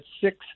six